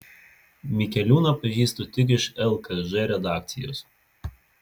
mikeliūną pažįstu tik iš lkž redakcijos